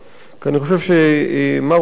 אני חושב שמר אוקון,